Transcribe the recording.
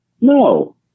No